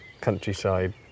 countryside